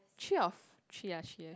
three or f~ three ah three years